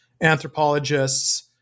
anthropologists